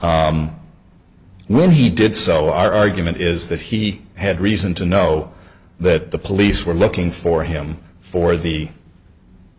when he did so our argument is that he had reason to know that the police were looking for him for the